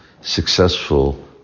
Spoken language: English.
successful